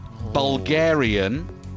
Bulgarian